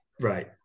Right